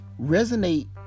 Resonate